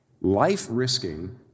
life-risking